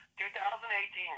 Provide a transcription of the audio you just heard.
2018